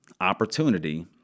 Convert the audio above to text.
opportunity